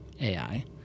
AI